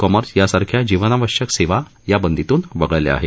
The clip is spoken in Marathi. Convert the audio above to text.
कॉमर्स यांसारख्या जीवनाश्यक सेवां या बंदीतून वगळल्या आहेत